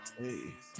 hey